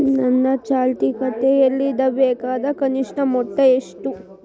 ನನ್ನ ಚಾಲ್ತಿ ಖಾತೆಯಲ್ಲಿಡಬೇಕಾದ ಕನಿಷ್ಟ ಮೊತ್ತ ಎಷ್ಟು?